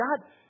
God